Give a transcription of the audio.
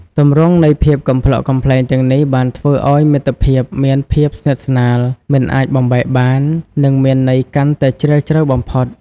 ទម្រង់នៃភាពកំប្លុកកំប្លែងទាំងនេះបានធ្វើឱ្យមិត្តភាពមានភាពស្និទ្ធស្នាល មិនអាចបំបែកបាន និងមានន័យកាន់តែជ្រាលជ្រៅបំផុត។